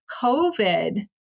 covid